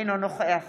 אינו נוכח